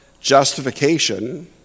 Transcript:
justification